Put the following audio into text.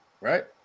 Right